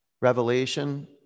revelation